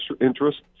interest